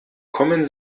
kommen